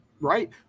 Right